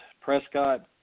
Prescott